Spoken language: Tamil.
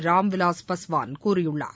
ராம்விலாஸ் பாஸ்வான் கூறியுள்ளார்